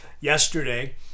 yesterday